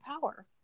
power